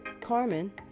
Carmen